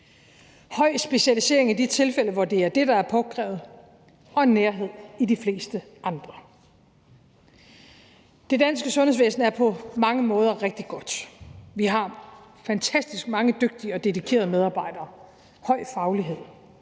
høj specialisering i de tilfælde, hvor det er det, der er påkrævet, og nærhed i de fleste andre. Det danske sundhedsvæsen er på mange måder rigtig godt. Vi har fantastisk mange dygtige og dedikerede medarbejdere og høj faglighed,